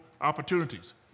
opportunities